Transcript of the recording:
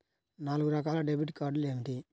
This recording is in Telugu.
నాలుగు రకాల డెబిట్ కార్డులు ఏమిటి?